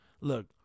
Look